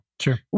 Sure